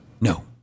No